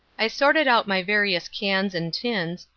i sorted out my various cans and tins,